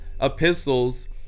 epistles